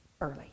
early